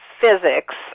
physics